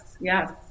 yes